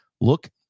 look